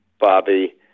Bobby